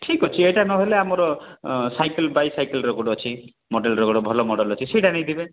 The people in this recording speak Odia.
ଠିକ୍ ଅଛି ଏଇଟା ନହେଲେ ଆମର ସାଇକେଲ ବାଇସାଇକେଲ ର ଗୋଟେ ଅଛି ମଡ଼େଲର ଗୋଟେ ଭଲ ମଡ଼େଲର ସେଇଟା ନେଇଦେବେ